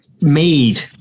made